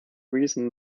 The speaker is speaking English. reason